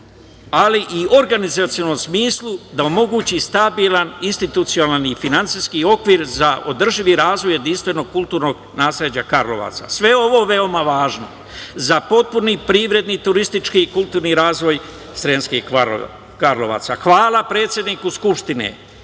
ali i u organizacionom smislu da omogući stabilan institucionalan i finansijski okvir za održivi razvoj jedinstvenog kulturnog nasleđa Karlovaca. Sve ovo je veoma važno za potpuni privredni, turistički i kulturni razvoj Sremskih Karlovaca. Hvala predsedniku Skupštine